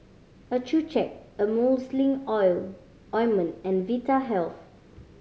Accucheck Emulsying ointment and Vitahealth